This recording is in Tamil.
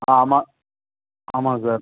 ஆ ஆமாம் ஆமாம் சார்